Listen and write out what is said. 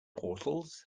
portals